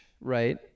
right